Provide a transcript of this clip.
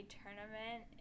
tournament